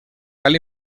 cal